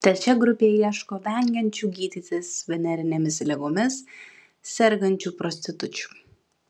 trečia grupė ieško vengiančių gydytis venerinėmis ligomis sergančių prostitučių